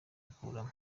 gukuramo